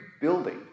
building